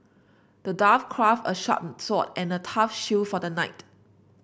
the dwarf crafted a sharp sword and a tough shield for the knight